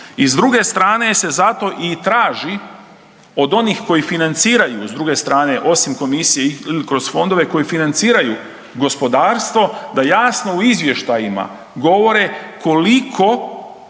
i s druge strane se zato i traži od onih koji financiraju s druge strane, osim Komisije i kroz fondove koji financiraju gospodarstvo, da jasno u izvještajima govore koliko,